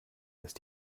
ist